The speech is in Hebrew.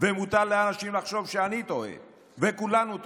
ומותר לאנשים לחשוב שאני טועה וכולנו טועים.